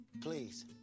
please